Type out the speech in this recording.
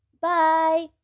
Bye